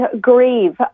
grieve